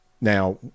Now